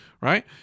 right